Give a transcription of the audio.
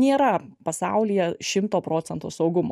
nėra pasaulyje šimto procentų saugumo